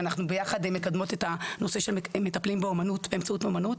ואנחנו מקדמות יחד את הנושא של מטפלים באמצעות אומנות,